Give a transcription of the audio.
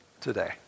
today